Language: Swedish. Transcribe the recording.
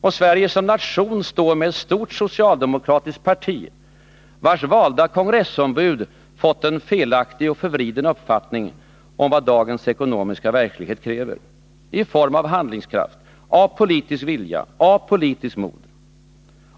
Och Sverige som nation står med ett stort socialdemokratiskt parti, vars valda kongressombud fått en felaktig och förvriden uppfattning om vad dagens ekonomiska verklighet kräver i form av handlingskraft, av politisk vilja, av politiskt mod.